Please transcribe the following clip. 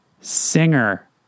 Singer